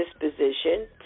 disposition